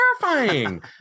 terrifying